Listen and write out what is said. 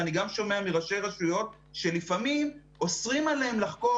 ואני גם שומע מראשי רשויות שלפעמים אוסרים עליהם לחקור.